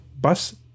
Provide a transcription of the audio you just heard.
bus